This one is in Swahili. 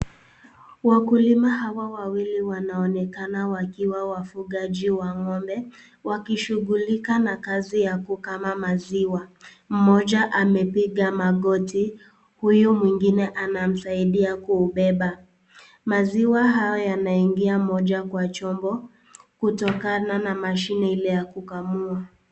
Wakulima hawa wawili wanaonekana wakiwa wafugaji wa ngombe. Wakishughulika na kazi ya kukama maziwa. Mmoja amepiga magoti, huyu mwingine anamsaidia kubeba. Maziwa hayo yanaingia moja kwa chombo kutokana na mashini ile ya kukamua.